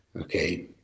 Okay